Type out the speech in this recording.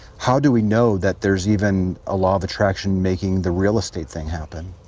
how do we know that there's even a law of attraction making the real-estate thing happen?